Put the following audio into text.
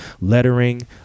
lettering